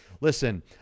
listen